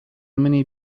many